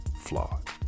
flawed